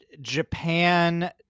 Japan